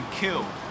killed